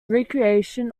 recreation